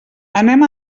anem